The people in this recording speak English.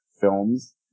films